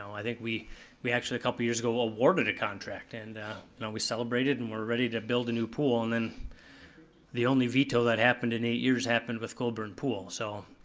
i think we we actually a couple years ago awarded a contract, and we celebrated and were ready to build a new pool, and then the only veto that happened in eight years happened with colburn pool, so,